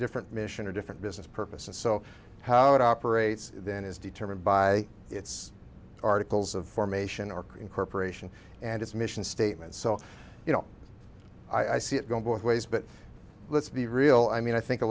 different mission or a different business purpose and so how it operates then is determined by its articles of formation or can corporation and its mission statement so you know i see it going both ways but let's be real i mean i think a